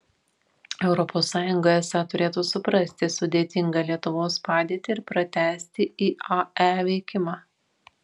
europos sąjunga esą turėtų suprasti sudėtingą lietuvos padėtį ir pratęsti iae veikimą